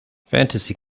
fantasy